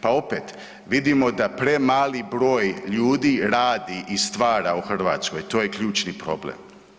Pa opet vidimo da premali broj ljudi radi i stvara u Hrvatskoj, to je ključni problem.